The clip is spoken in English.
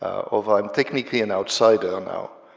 although i'm technically an outsider now,